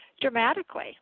Dramatically